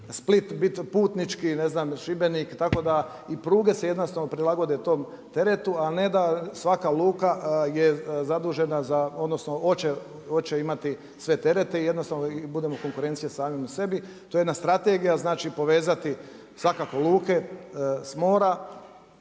Split biti putnički i ne znam, Šibenik. Tako da i pruge se jednostavno prilagode tom teretu a ne da svaka luka je zadužena za, odnosno hoće imati sve terete i jednostavno i budemo konkurencija samima sebi. To je jedna strategija, znači povezati svakako luke s mora,